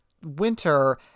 winter